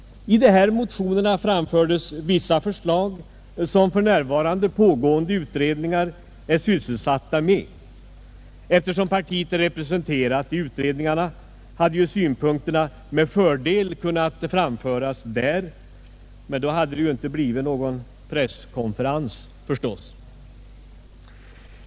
I dessa motioner framförs vissa förslag, som för närvarande pågående utredningar är sysselsatta med att behandla. Eftersom partiet är representerat i utredningarna, hade synpunkterna med fördel kunnat föras fram där. Men då hade det förstås inte blivit någon presskonferens.